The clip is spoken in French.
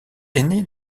aîné